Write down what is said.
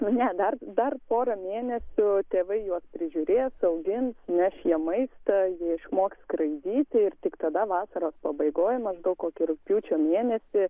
nu ne dar dar porą mėnesių tėvai juos prižiūrės augins neš jiem maistą jie išmoks skraidyti ir tik tada vasaros pabaigoj maždaug kokį rugpjūčio mėnesį